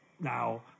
Now